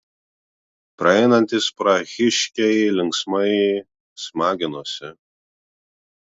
praeinantys prahiškiai linksmai smaginosi